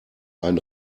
ein